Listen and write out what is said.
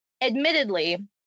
admittedly